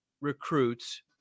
recruits